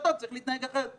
שבמשחטות צריך להתנהג אחרת.